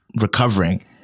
recovering